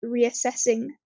reassessing